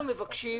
אנחנו מבקשים